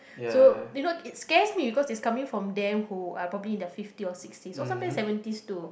so you know it scares me because it's coming from they who properly in their fifty or sixty or sometimes is seventies to